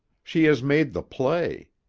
she has made the play.